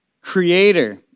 Creator